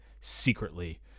secretly